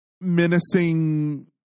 menacing